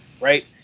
Right